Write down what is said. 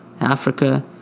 Africa